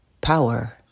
power